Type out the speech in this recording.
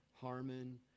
Harmon